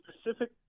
specific